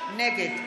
נגד